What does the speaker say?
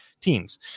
teams